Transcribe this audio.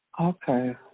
Okay